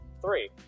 Three